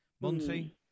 Monty